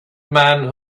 man